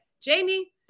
Jamie